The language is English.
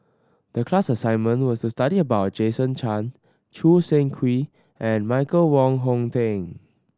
the class assignment was to study about Jason Chan Choo Seng Quee and Michael Wong Hong Teng